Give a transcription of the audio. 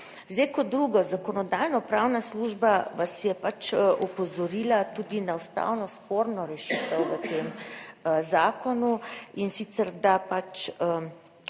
Zdaj kot drugo, Zakonodajno-pravna služba vas je pač opozorila tudi na ustavno sporno rešitev v tem zakonu, in sicer, da pač